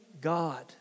God